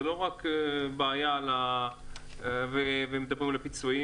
זה לא רק בעיה וזה לא רק פיצויים.